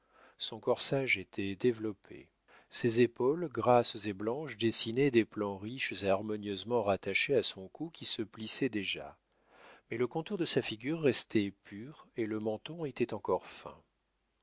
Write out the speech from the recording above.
son corsage était développé ses épaules grasses et blanches dessinaient des plans riches et harmonieusement rattachés à son cou qui se plissait déjà mais le contour de sa figure restait pur et le menton était encore fin